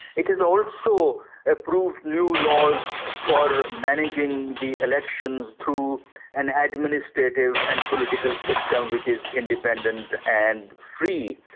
it has also approved new laws for managing the elections through an administrative and political system which is independent and free.